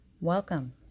Welcome